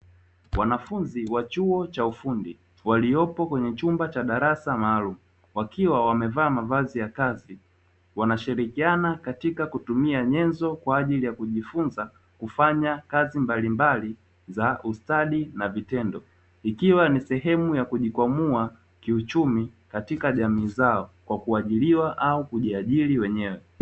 Wanafunzi wa chuo cha ufundi waliopo kwenye chumba cha darasa maalumu wakiwa wamevaa mavazi ya kazi, wanashirikiana katika kutumia nyezo kwa ajili ya kujifunza, kufanya kazi mbalimbali za ustadi na vitendo, ikiwa ni sehemu ya kujikwamua kiuchumi katika jamii zao kwa kuajiriwa au kujiajiri wenyewe.